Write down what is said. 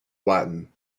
latin